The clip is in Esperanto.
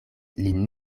lin